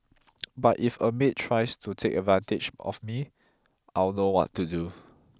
but if a maid tries to take advantage of me I'll know what to do